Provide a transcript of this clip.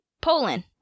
Poland